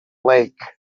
lake